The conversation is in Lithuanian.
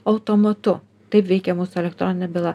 automatu taip veikia mūsų elektroninė byla